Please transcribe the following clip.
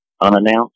unannounced